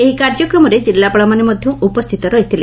ଏହି କାର୍ଯ୍ୟକ୍ରମରେ ଜିଲ୍ଲାପାଳମାନେ ମଧ୍ୟ ଉପସ୍ଥିତ ରହିଥିଲେ